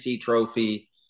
trophy